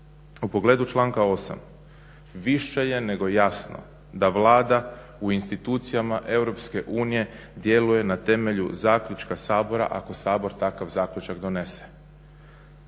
u pogledu članka 8. više je nego jasno da Vlada u institucijama EU djeluje na temelju zaključka Sabora ako Sabor takav zaključak donese.